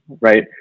right